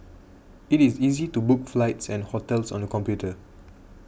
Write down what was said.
it is easy to book flights and hotels on the computer